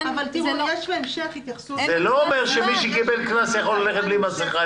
זה לא --- זה לא אומר שמי שהוטל עליו קנס יכול ללכת יותר בלי מסכה.